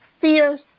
fierce